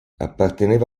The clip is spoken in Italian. apparteneva